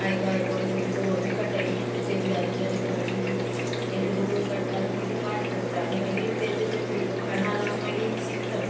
आयको आयकोन पयलीं बरोवनूय काडटा किदें मिस्टेक जालें बी जाल्यार कळना न्ही पयलीं बरोवन काडटा आनी पयलीं पाट करता आनी मागीर तेंचे त्यो विडियो काना लावन मागीर शिकता